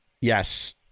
Yes